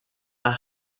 are